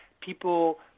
people